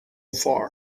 far